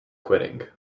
quitting